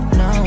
no